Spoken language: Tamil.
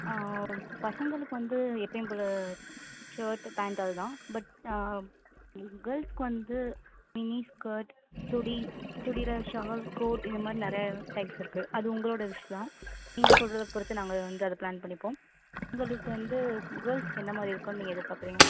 ஆ பசங்களுக்கு வந்து எப்போயும் போல் ஷேர்ட்டு பேண்ட்டு அவ்வளதான் பட் ஆ கேர்ள்ஸ்க்கு வந்து mini skirt chudi churidar shawl coat இந்த மாதிரி நிறையா டைப்ஸ் இருக்குது அது உங்களோடய விஷ் தான் நீங்கள் சொல்கிறத பொறுத்து நாங்கள் வந்து அதை பிளான் பண்ணிப்போம் உங்களுக்கு வந்து கேர்ள்ஸ்க்கு என்ன மாதிரி இருக்கணுன்னு நீங்கள் எதிர்பார்க்குறீங்க